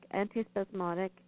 antispasmodic